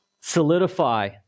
solidify